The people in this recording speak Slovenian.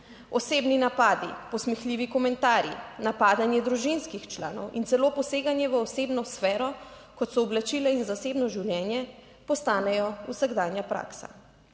Osebni napadi, posmehljivi komentarji, napadanje družinskih članov in celo poseganje v osebno sfero kot so oblačila in zasebno življenje, postanejo vsakdanja praksa.